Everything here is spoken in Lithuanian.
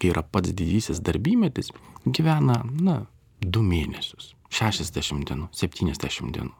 yra pats didysis darbymetis gyvena na du mėnesius šešiasdešimt dienų septyniasdešimt dienų